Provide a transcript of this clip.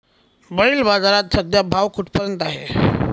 बैल बाजारात सध्या भाव कुठपर्यंत आहे?